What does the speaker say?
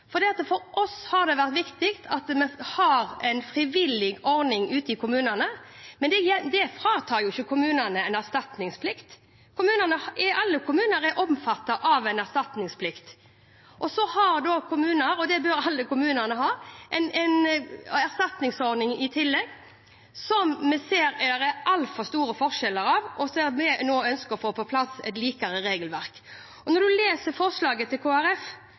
for kommunale ordninger. Men det står SV alene om. For oss har det vært viktig at vi har en frivillig ordning ute i kommunene, men det fratar jo ikke kommunene erstatningsplikt. Alle kommuner er omfattet av en erstatningsplikt, og så har da kommuner – og det bør alle kommunene ha – en erstatningsordning i tillegg som vi ser det blir altfor store forskjeller av, og det gjør at vi nå ønsker å få på plass et likere regelverk. I forslaget til